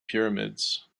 pyramids